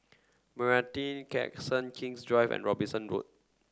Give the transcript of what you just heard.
Meranti Crescent King's Drive and Robinson Road